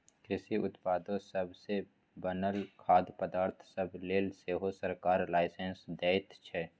कृषि उत्पादो सब सँ बनल खाद्य पदार्थ सब लेल सेहो सरकार लाइसेंस दैत छै